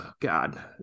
God